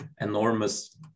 enormous